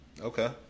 Okay